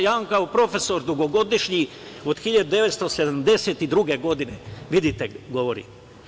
Ja vam kao profesor dugogodišnji, od 1972. godine, govorim.